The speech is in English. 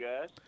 guys